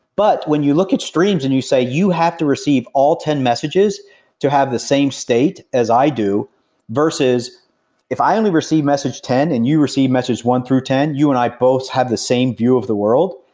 but when you look at streams and you say you have to receive all ten messages to have the same state as i do versus if i only receive message ten and you receive message one through ten, you and i both have the same view of the world,